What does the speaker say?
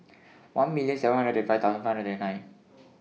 one million seven hundred and thirty five thousand five hundred and nine